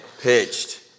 pitched